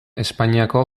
espainiako